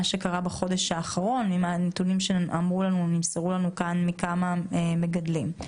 זה מה שקרה בחודש האחרון עם הנתונים שנמסרו לנו מכמה מגדלים.